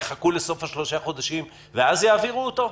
יחכו לסוף שלושת החודשים ואז יעבירו אותו?